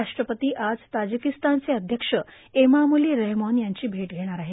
राष्ट्रपती आज तार्जिांकस्तानचे अध्यक्ष एमामोलां रहमोन यांची भेट घेणार आहेत